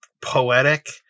poetic